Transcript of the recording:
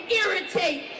irritate